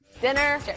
Dinner